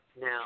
Now